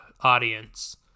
audience